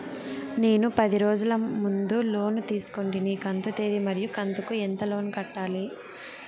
నేను పది రోజుల ముందు లోను తీసుకొంటిని కంతు తేది మరియు కంతు కు ఎంత లోను కట్టాలి?